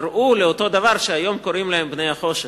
קראו לאותו דבר שהיום קוראים לו בני-החושך.